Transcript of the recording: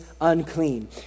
unclean